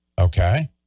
Okay